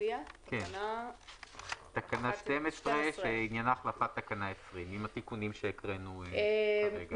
נצביע על תקנה 12 כולל התיקונים שהקראנו כרגע.